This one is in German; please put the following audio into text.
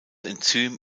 enzym